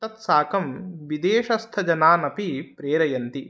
तत् साकं विदेशस्थजनान् अपि प्रेरयन्ति